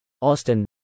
Austin